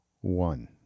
one